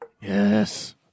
Yes